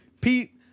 Pete